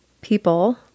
people